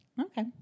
Okay